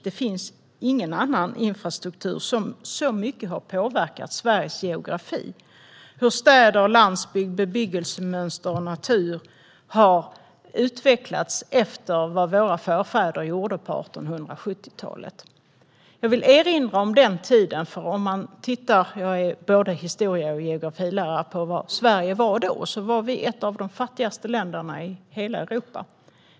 Det finns ingen annan infrastruktur som så mycket har påverkat Sveriges geografi - hur städer och landsbygd, bebyggelsemönster och natur har utvecklats efter vad våra förfäder gjorde på 1870-talet. Jag är både historie och geografilärare och vill erinra om den tiden. Sverige var då ett av de fattigaste länderna i hela Europa.